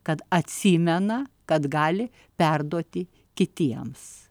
kad atsimena kad gali perduoti kitiems